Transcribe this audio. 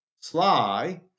Sly